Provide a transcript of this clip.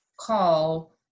call